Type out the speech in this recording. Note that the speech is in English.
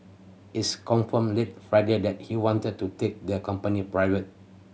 is confirmed late Friday that he wanted to take the company private